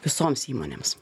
visoms įmonėms